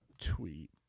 tweet